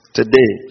today